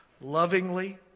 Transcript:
lovingly